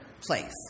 place